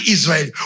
Israel